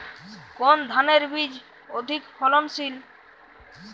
কোন ধানের বীজ অধিক ফলনশীল?